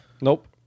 nope